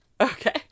Okay